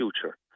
future